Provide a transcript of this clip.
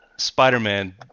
spider-man